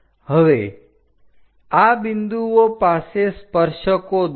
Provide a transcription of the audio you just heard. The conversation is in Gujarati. હવે આ બિંદુઓ પાસે સ્પર્શકો દોરો